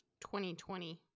2020